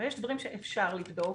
יש דברים שאפשר לבדוק,